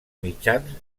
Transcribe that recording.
mitjans